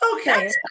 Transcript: Okay